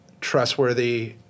trustworthy